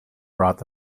brought